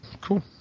Cool